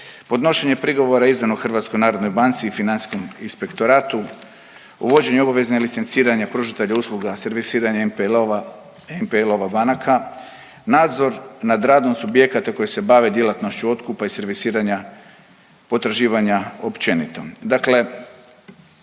podnošenje prigovora izdanog Hrvatskoj narodnoj banci i Financijskom inspektoratu, uvođenje obvezne licenciranje pružatelja usluga, servisiranje NPL-ova banaka, nadzor nad radom subjekata koji se bave djelatnošću otkupa i servisiranja potraživanja općenito.